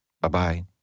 Bye-bye